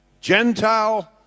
Gentile